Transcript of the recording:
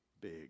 big